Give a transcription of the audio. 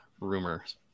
rumors